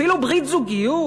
אפילו ברית זוגיות,